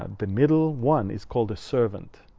um the middle one is called a servant.